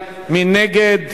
מי נגד?